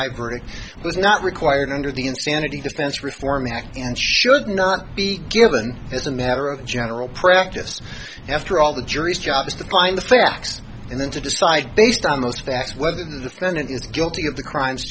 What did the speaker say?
was not required under the insanity defense reform act and should not be given as a matter of general practice after all the jury's job is to find the facts and then to decide based on those facts whether the senate is guilty of the crimes